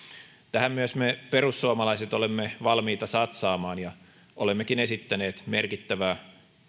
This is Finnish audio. tähän myös me perussuomalaiset olemme valmiita satsaamaan ja olemmekin esittäneet merkittävää